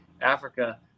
Africa